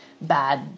bad